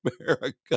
America